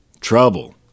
Trouble